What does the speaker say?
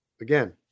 again